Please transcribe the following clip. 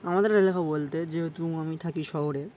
আমাদের এলাকা বলতে যেহেতু আমি থাকি শহরে